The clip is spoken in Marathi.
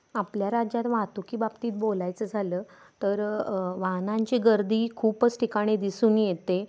आपल्या राज्यात वाहतुकी बाबतीत बोलायचं झालं तर वाहनांची गर्दी खूपच ठिकाणी दिसून येते